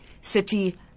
city